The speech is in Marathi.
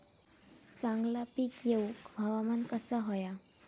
चांगला पीक येऊक हवामान कसा होया?